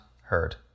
heard